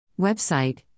Website